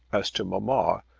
as to mamma,